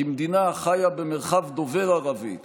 כמדינה החיה במרחב דובר ערבית